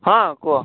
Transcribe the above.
ହଁ କୁହ